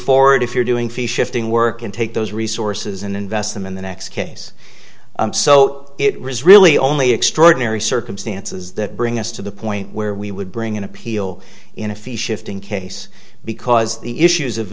forward if you're doing fee shifting work and take those resources and invest them in the next case so it was really only extraordinary circumstances that bring us to the point where we would bring an appeal in a fee shifting case because the issues of